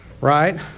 Right